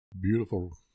Beautiful